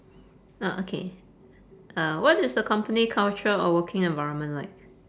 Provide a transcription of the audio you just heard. orh okay uh what is the company culture or working environment like